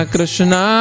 Krishna